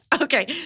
Okay